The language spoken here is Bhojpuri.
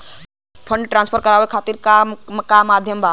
फंड ट्रांसफर करवाये खातीर का का माध्यम बा?